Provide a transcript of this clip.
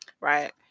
right